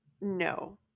No